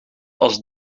als